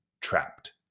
trapped